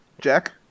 Jack